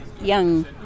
young